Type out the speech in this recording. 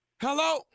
Hello